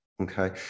okay